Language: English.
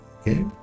Okay